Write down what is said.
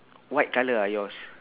white colour ah yours